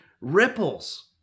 ripples